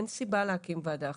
אין סיבה להקים ועדה אחרת,